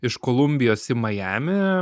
iš kolumbijos į majamį